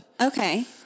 Okay